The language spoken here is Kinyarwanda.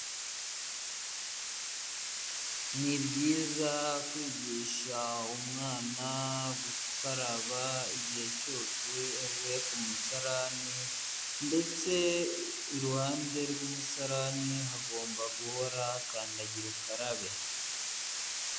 Ni byiza kwigisha umwana gukaraba igihe cyose avuye ku musarani ndetse iruhande rw'umusarani hagomba guhora kandagirukarabe.